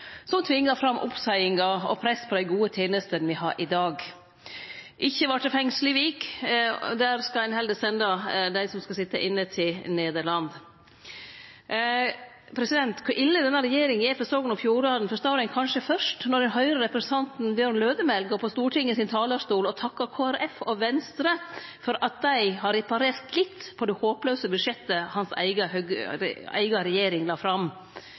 som tvingar fram oppseiingar og press på dei gode tenestene vi har i dag. Ikkje vart det fengsel i Vik, der skal ein heller sende dei som skal sitje inne, til Nederland. Kor ille denne regjeringa er for Sogn og Fjordane, forstår ein kanskje fyrst når ein høyrer representanten Bjørn Lødemel gå på Stortinget sin talarstol og takke Kristeleg Folkeparti og Venstre for at dei har reparert litt på det håplause budsjettet hans eiga regjering la fram.